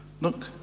Look